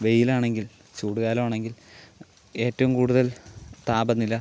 വെയിൽ ആണെങ്കിൽ ചൂടുകാലമാണെങ്കിൽ ഏറ്റവും കൂടുതൽ താപനില